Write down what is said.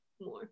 more